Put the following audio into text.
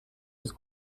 des